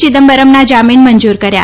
ચિદમ્બરમના જામીન મંજૂર કર્યા